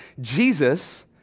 Jesus